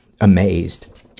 amazed